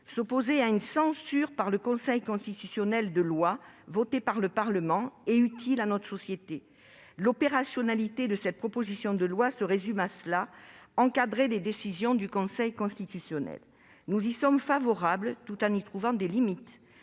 s'opposer à une censure du Conseil constitutionnel sur des lois votées par le Parlement et utiles à nos sociétés. L'opérationnalité de cette proposition de loi se résume à cela : encadrer les décisions du Conseil constitutionnel. Nous y sommes favorables, tout en y trouvant des limites.